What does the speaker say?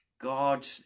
God